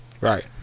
Right